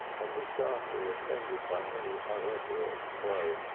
and was darkly offended by any unorthodox play.